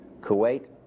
Kuwait